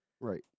Right